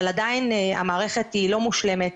אבל עדיין המערכת לא מושלמת,